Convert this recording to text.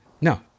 No